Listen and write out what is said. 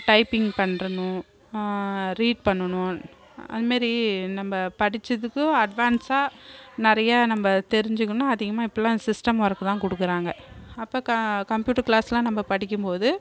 typing பண்ணனும் read பண்ணனும் அந்தமாரி நம்ம படிச்சதுக்கு அட்வான்ஸாக நிறைய நம்ம தெரிஞ்சிக்கணும் அதிகமாக இப்போலாம் சிஸ்டம் ஒர்க் தான் கொடுக்குறாங்க அப்போ க கம்பியூட்டர் க்ளாஸ்லாம் நம்ம படிக்கும்போது